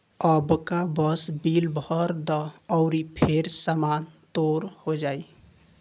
अबका बस बिल भर द अउरी फेर सामान तोर हो जाइ